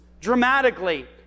dramatically